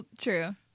True